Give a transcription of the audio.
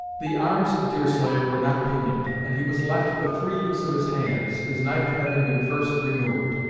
the arms of deerslayer were not pinioned, and he was left the free use of his hands, his knife having been first removed.